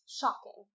shocking